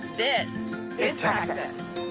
this is texas.